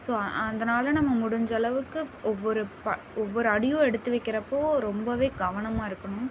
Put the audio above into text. so அதனால நம்ம முடிஞ்ச அளவுக்கு ஒவ்வொரு ஒவ்வொரு அடியும் எடுத்து வைக்கிறப்போ ரொம்ப கவனமாக இருக்கணும்